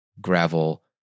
gravel